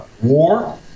war